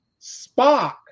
Spock